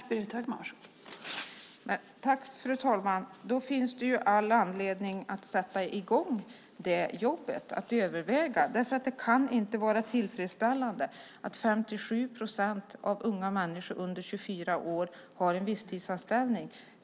Fru talman! Då finns det ju all anledning att sätta i gång jobbet och överväga frågan. Det kan inte vara tillfredsställande att 57 procent av de unga människor som är under 24 år har visstidsanställning.